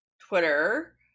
Twitter